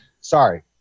Sorry